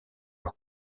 leur